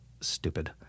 stupid